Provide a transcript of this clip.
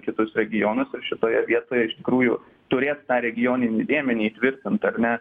kitus regionus ir šitoje vietoje iš tikrųjų turėt tą regioninį dėmenį įtvirtint ar ne